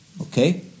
Okay